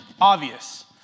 obvious